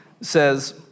says